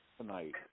tonight